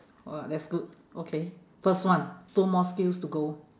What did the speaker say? !wah! that's good okay first one two more skills to go